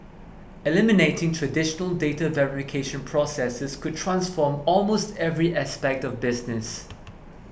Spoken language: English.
eliminating traditional data verification processes could transform almost every aspect of business